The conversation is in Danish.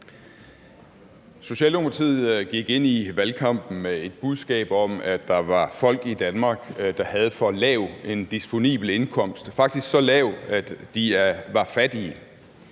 Socialdemokratiet gik ind i valgkampen med et budskab om, at der var folk i Danmark, der havde for lav en disponibel indkomst, faktisk så lav, at de var fattige.